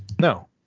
No